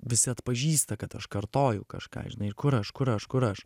visi atpažįsta kad aš kartoju kažką žinai ir kur aš kur aš kur aš